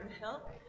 help